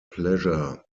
pleasure